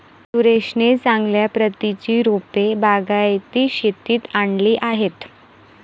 सुरेशने चांगल्या प्रतीची रोपे बागायती शेतीत आणली आहेत